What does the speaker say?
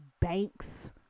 banks